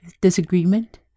Disagreement